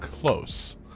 close